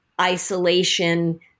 isolation